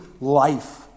life